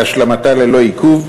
להשלמתה ללא עיכוב,